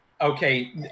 Okay